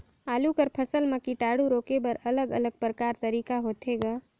आलू कर फसल म कीटाणु रोके बर अलग अलग प्रकार तरीका होथे ग?